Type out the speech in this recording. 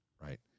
right